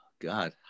god